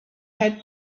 had